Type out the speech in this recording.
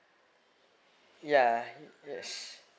yeah yes